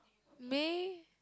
may